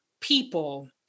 people